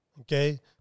Okay